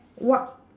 what